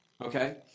okay